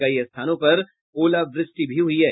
कई स्थानों पर ओलावृष्टि भी हुई है